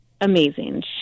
amazing